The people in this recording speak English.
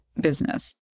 business